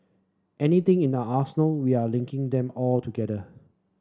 anything in our arsenal we are linking them all together